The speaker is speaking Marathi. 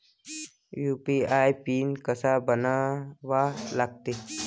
यू.पी.आय पिन कसा बनवा लागते?